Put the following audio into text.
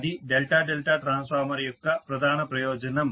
అది delta delta transformer యొక్క ప్రధాన ప్రయోజనం